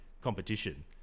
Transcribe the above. competition